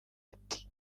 ati